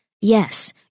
yes